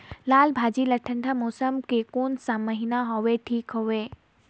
लालभाजी ला ठंडा मौसम के कोन सा महीन हवे ठीक हवे?